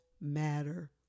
matter